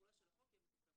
התחולה של החוק תהיה ב-2019.